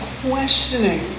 questioning